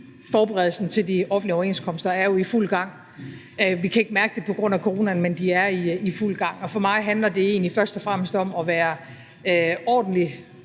forberedelsen til de offentlige overenskomster er jo i fuld gang. Vi kan ikke mærke det på grund af coronaen, men de er i fuld gang. For mig handler det egentlig først og fremmest om at være ordentlig